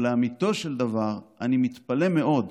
ולאמיתו של דבר אני מתפלא מאוד